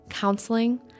counseling